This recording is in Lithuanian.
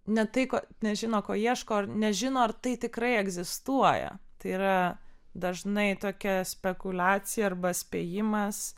ne tai ko nežino ko ieško nežino ar tai tikrai egzistuoja tai yra dažnai tokia spekuliacija arba spėjimas